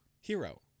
Hero